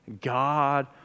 God